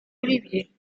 olivier